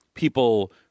People